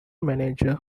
manager